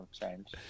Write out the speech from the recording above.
change